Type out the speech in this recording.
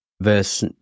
Verse